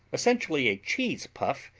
essentially a cheese puff,